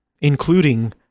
including